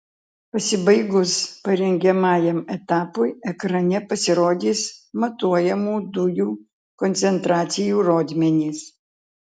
pasibaigus parengiamajam etapui ekrane pasirodys matuojamų dujų koncentracijų rodmenys